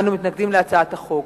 אנו מתנגדים להצעת החוק.